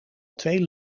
twee